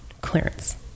clearance